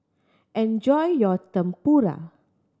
enjoy your Tempura